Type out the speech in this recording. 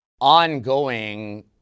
ongoing